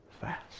fast